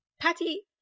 Patty